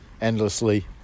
endlessly